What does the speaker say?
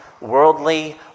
worldly